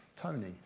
Tony